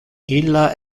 illa